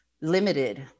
limited